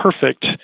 perfect